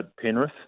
Penrith